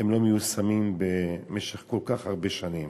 לא מיושמים במשך כל כך הרבה שנים?